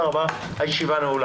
לא יעשו.